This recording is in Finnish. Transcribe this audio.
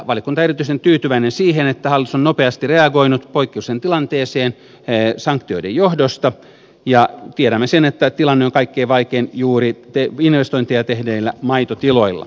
valiokunta on erityisen tyytyväinen siihen että hallitus on nopeasti reagoinut poikkeukselliseen tilanteeseen sanktioiden johdosta ja tiedämme sen että tilanne on kaikkein vaikein juuri investointeja tehneillä maitotiloilla